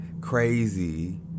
crazy